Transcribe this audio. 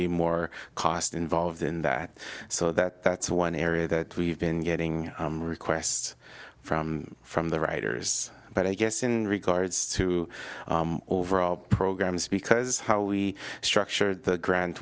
be more cost involved in that so that that's one area that we've been getting requests from from the writers but i guess in regards to overall programs because how we structure the gr